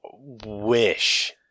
wish